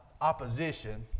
opposition